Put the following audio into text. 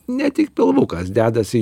ne tik pilvukas dedasi